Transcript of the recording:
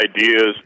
ideas